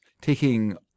taking